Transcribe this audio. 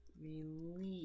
release